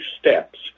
steps